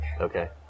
Okay